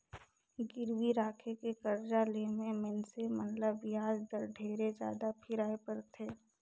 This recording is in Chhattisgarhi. गिरवी राखके करजा ले मे मइनसे मन ल बियाज दर ढेरे जादा फिराय परथे